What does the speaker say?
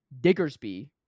Diggersby